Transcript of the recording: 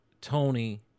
Tony